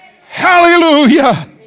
hallelujah